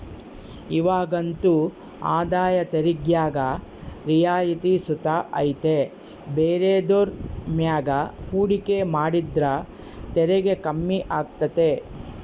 ಇವಾಗಂತೂ ಆದಾಯ ತೆರಿಗ್ಯಾಗ ರಿಯಾಯಿತಿ ಸುತ ಐತೆ ಬೇರೆದುರ್ ಮ್ಯಾಗ ಹೂಡಿಕೆ ಮಾಡಿದ್ರ ತೆರಿಗೆ ಕಮ್ಮಿ ಆಗ್ತತೆ